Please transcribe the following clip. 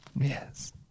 yes